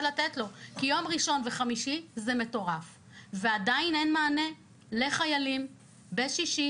ימי ראשון וחמישי זה מטורף שם ועדיין אין מענה לחיילים בשישי.